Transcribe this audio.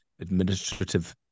administrative